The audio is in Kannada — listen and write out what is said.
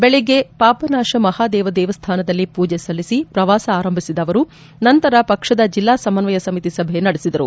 ಬೆಳಗ್ಗೆ ಪಾಪನಾಶ ಮಹಾದೇವ ದೇವಸ್ಥಾನದಲ್ಲಿ ಪೂಜೆ ಸಲ್ಲಿಸಿ ಪ್ರವಾಸ ಆರಂಭಿಸಿದ ಅವರು ನಂತರ ಪಕ್ಷದ ಜಿಲ್ಡಾ ಸಮನ್ವಯ ಸಮಿತಿ ಸಭೆ ನಡೆಸಿದರು